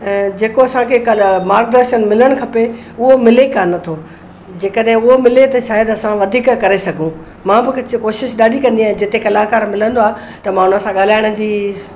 ऐं जेको असांखे कल मार्गदर्शन मिलणु खपे उहो मिले ई कान थो जेकॾहिं उहो मिले त शायदि असां वधीक करे सघूं मां कोशिशि ॾाढी कंदी आहियां जिते कलाकार मिलंदो आहे त मां हुन सां ॻाल्हाइण जी